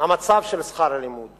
המצב של שכר הלימוד